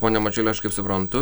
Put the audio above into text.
pone mačiuli aš kaip suprantu